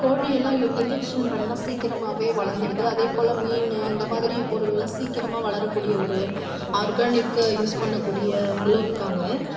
கோழியெல்லாம் யு இன்ஜக்ஷன் பண்ணால் சீக்கிரமாகவே வளர்ந்துடுது அதே போல் மீன் இந்த மாதிரி பொருள்லாம் சீக்கிரமாக வளரக்கூடிய ஒரு ஆர்கானிக்கை யூஸ் பண்ணக்கூடியவங்களும் இருக்காங்கள்